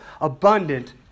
abundant